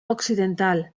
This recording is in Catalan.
occidental